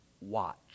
watch